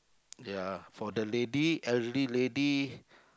ya for the lady elderly lady